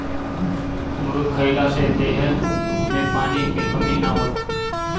अमरुद खइला से देह में पानी के कमी ना होला